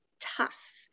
tough